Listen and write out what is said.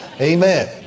Amen